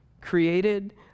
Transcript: created